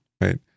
Right